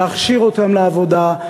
להכשיר אותם לעבודה,